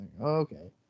Okay